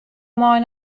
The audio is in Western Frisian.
mei